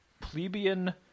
plebeian